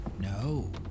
No